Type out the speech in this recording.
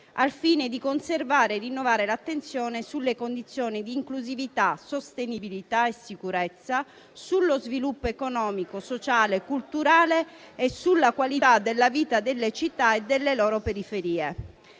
al fine di conservare e rinnovare l'attenzione sulle condizioni di inclusività, sostenibilità e sicurezza, sullo sviluppo economico, sociale, culturale e sulla qualità della vita delle città e delle loro periferie.